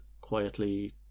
quietly